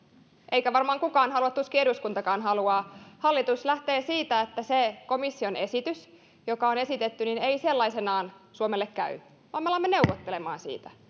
eikä varmaan kukaan halua tuskin eduskuntakaan haluaa hallitus lähtee siitä että se komission esitys joka on esitetty ei sellaisenaan suomelle käy vaan me alamme neuvottelemaan siitä